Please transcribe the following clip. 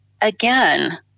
again